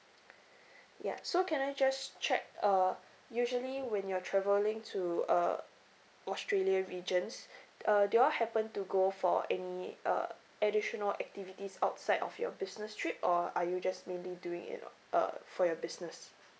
ya so can I just check uh usually when you are travelling to uh australia regions uh do you all happen to go for any uh additional activities outside of your business trip or are you just mainly doing it uh for your business